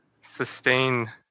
sustain